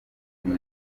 gen